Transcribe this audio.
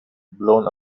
blown